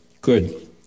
Good